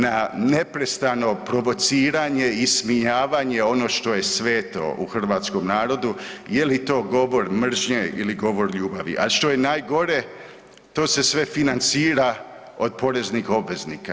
Na neprestano provociranje i ismijavanje ono što se sveto u hrvatskom narodu je li to govor mržnje ili govor ljubavi, a što je najgore to se sve financira od poreznih obveznika.